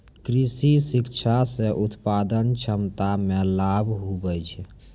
कृषि शिक्षा से उत्पादन क्षमता मे लाभ हुवै छै